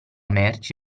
merci